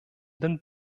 den